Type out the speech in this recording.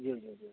ज्यू ज्यू ज्यू